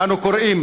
אנו קוראים